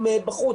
שמציעים בחוץ,